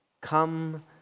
Come